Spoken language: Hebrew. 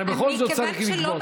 הרי בכל זאת צריך לגבות.